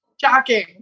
Shocking